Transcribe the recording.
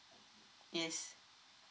yes